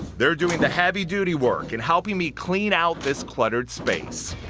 they're doing the heavy duty work in helping me clean out this cleterred space.